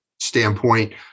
standpoint